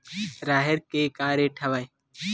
राहेर के का रेट हवय?